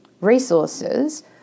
resources